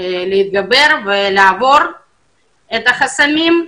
לעבור את החסמים.